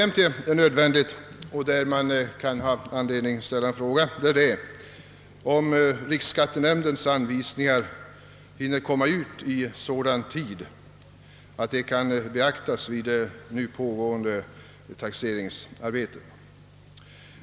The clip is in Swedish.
Men det finns anledning att ställa frå gan, om riksskattenämndens anvisningar hinner komma ut i så god tid att de kan beaktas vid nu pågående taxeringsarbete.